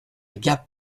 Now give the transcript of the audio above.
gap